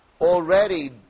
already